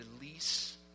release